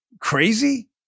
Crazy